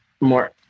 more